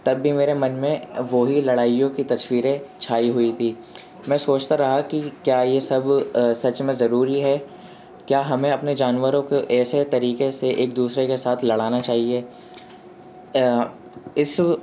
تب بھی میرے من میں وہی لڑائیوں کی تصویریں چھائی ہوئی تھیں میں سوچتا رہا کہ کیا یہ سب سچ میں ضروری ہے کیا ہمیں اپنے جانوروں کو ایسے طریقے سے ایک دوسرے کے ساتھ لڑانا چاہیے اس